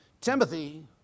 Timothy